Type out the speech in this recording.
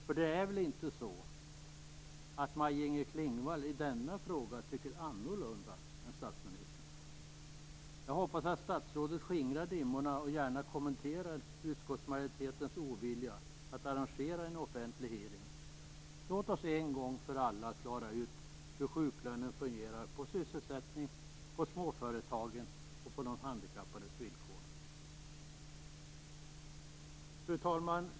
För det är väl inte så att Maj-Inger Klingvall i denna fråga tycker annorlunda än statsministern? Jag hoppas att statsrådet skingrar dimmorna, och kommenterar utskottsmajoritetens ovilja att arrangera en offentlig hearing. Låt oss en gång för alla klara ut hur sjuklönen fungerar och påverkar sysselsättningen, småföretagen och de handikappades villkor! Fru talman!